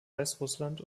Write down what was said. weißrussland